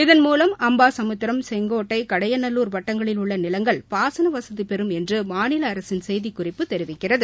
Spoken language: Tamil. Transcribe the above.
இதன்மூலம் அம்பாசமுத்திரம் செங்கோட்டை கடயநல்லூர் வட்டங்களில் உள்ள நிலங்கள் பாசன வசதி பெறும் என்று மாநில அரசின் செய்திக்குறிப்பு தெரிவிக்கிறது